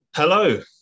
hello